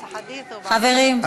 חברים.